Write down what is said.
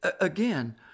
again